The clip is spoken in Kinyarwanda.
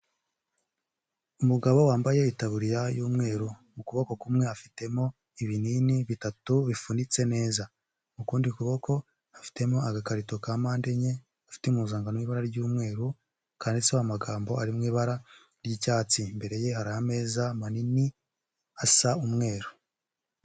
Umugabo wambaye itaburiya y'umweru mu kuboko kumwe afitemo ibinini bitatu bifunitse neza, mu kundi kuboko afitemo agakarito kampande enye afite impuzankano y'ibara ry'umweru kanditseho amagambo ari mu ibara ry'icyatsi imbere ye hari ameza manini asa umweru.